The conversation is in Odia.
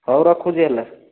ହଉ ରଖୁଛି ହେଲେ